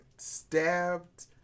stabbed